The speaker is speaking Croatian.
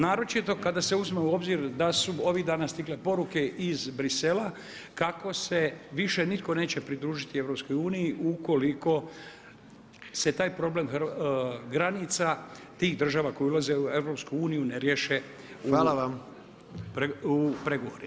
Naročito kada se uzme u obzir da su ovdje danas stigle poruke iz Bruxellesa, kako se više nitko neće pridružiti EU, ukoliko se taj problem granica, tih država koje ulaze u EU, ne riješe u pregovorima.